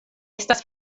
estas